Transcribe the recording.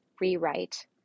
rewrite